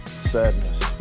Sadness